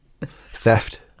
theft